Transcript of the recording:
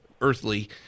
earthly